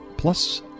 Plus